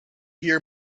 hear